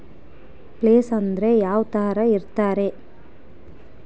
Place ಅಂದ್ರೆ ಯಾವ್ತರ ಇರ್ತಾರೆ?